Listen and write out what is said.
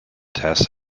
tests